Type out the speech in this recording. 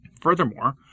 Furthermore